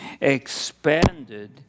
expanded